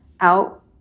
out